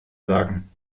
sagen